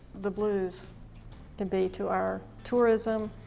the blues can be to our tourism.